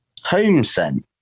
HomeSense